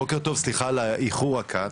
בוקר טוב סליחה על האיחור הקט.